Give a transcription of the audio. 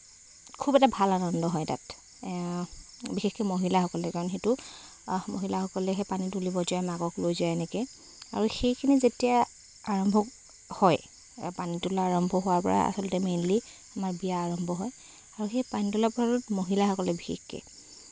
খুব এটা ভাল আনন্দ হয় তাত বিশেষকৈ মহিলাসকলে কাৰণ সেইটো মহিলাসকলেহে পানী তুলিবলৈ যায় মাকক লৈ যায় এনেকে আৰু সেইখিনি যেতিয়া আৰম্ভ হয় পানী তুলা আৰম্ভ হোৱাৰ পৰাই আচলতে মেইনলি আমাৰ বিয়া আৰম্ভ হয় আৰু সেই পানী তুলাত মহিলাসকলে বিশেষকৈ